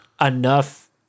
enough